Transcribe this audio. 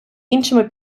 іншими